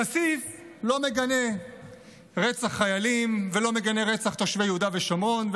כסיף לא מגנה רצח חיילים ולא מגנה רצח תושבי יהודה ושומרון,